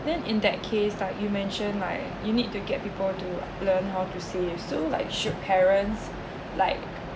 then in that case like you mention like you need to get people to learn how to save so like should parents like